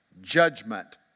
judgment